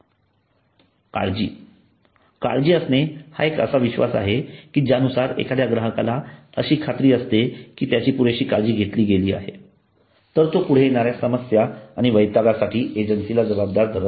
काळजी काळजीअसणे हा एक असा विश्वास आहे की ज्या नुसार एखाद्या ग्राहकाला अशी खात्री असते की त्याची पुरेशी काळजी घेतली गेली आहे तर तो पुढे येणाऱ्या समस्या आणि वैतागासाठी एजन्सीला जबाबदार धरत नाही